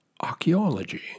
archaeology